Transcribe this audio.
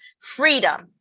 freedom